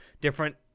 different